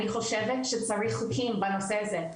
אני חושבת שצריך חוקים בנושא הזה,